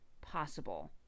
possible